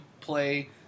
play